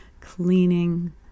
cleaning